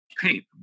paint